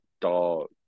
dog